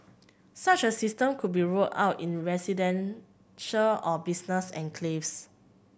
such a system could be rolled out in residential or business enclaves